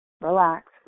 Relax